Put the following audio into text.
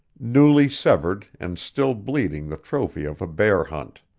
newly severed and still bleeding the trophy of a bear hunt.